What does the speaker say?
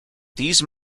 these